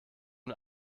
den